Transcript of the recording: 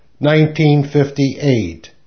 1958